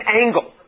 angle